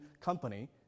company